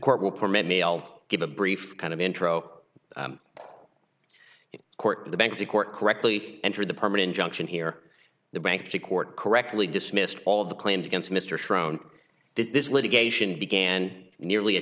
court will permit me i'll give a brief kind of intro in court the bank the court correctly entered the permanent junction here the bankruptcy court correctly dismissed all of the claims against mr sharon this litigation began nearly a